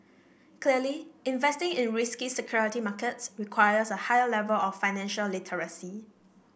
clearly investing in risky security markets requires a higher level of financial literacy